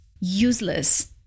useless